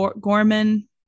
Gorman